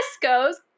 goes